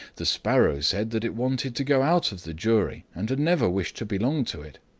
the sparrow said that it wanted to go out of the jury, and had never wished to belong to it,